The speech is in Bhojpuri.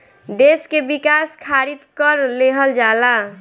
देस के विकास खारित कर लेहल जाला